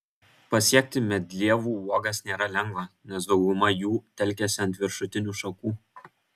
pasiekti medlievų uogas nėra lengva nes dauguma jų telkiasi ant viršutinių šakų